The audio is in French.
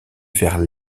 vers